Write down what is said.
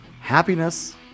Happiness